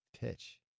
pitch